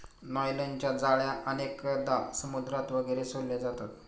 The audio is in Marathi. नायलॉनच्या जाळ्या अनेकदा समुद्रात वगैरे सोडले जातात